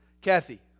Kathy